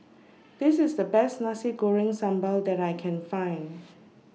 This IS The Best Nasi Goreng Sambal that I Can Find